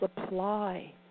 supply